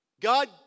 God